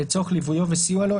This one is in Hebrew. לצורך ליוויו וסיוע לו,